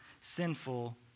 sinful